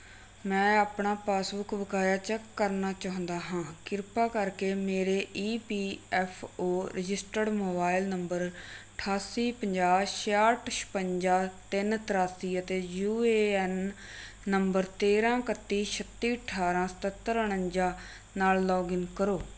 ਮੈਂ ਆਪਣਾ ਪਾਸਬੁੱਕ ਬਕਾਇਆ ਚੈੱਕ ਕਰਨਾ ਚਾਹੁੰਦਾ ਹਾਂ ਕਿਰਪਾ ਕਰਕੇ ਮੇਰੇ E P F O registered mobile number ਅਠਾਸੀ ਪੰਜਾਹ ਛਿਆਹਠ ਛਪੰਜਾ ਤਿੰਨ ਤ੍ਰਿਆਸੀ ਅਤੇ ਯੂ ਏ ਐਨ ਨੰਬਰ ਤੇਰਾਂ ਇਕੱਤੀ ਛੱਤੀ ਅਠਾਰਾਂ ਸਤੱਤਰ ਉਣੰਜਾ ਨਾਲ ਲੌਗਇਨ ਕਰੋ